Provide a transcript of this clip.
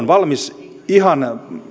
valmis ihan